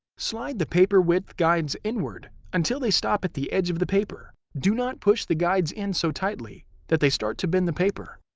slide the paper width guides inward until they stop at the edge of the paper. do not push the guides in so tightly that they start to bend the paper.